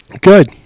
Good